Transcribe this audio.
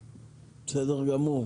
בסדר.